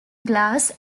glass